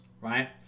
right